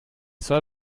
soll